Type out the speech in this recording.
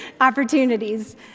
opportunities